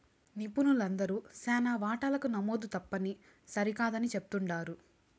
నిపుణులందరూ శానా వాటాలకు నమోదు తప్పుని సరికాదని చెప్తుండారు